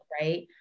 right